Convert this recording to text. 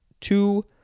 two